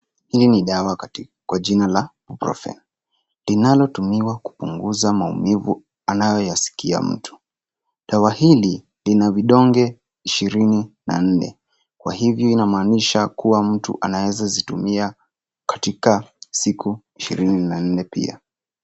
Hii ni dawa kwa jina la IBUPROFEN linalotumiwa kupunguza maumivu anayoyasikia mtu. Dawa hili lina vidonge ishirini na nne, kwa hivyo inamaanisha kuwa mtu anaweza zitumia katika siku ishirini na nne pia.